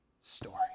story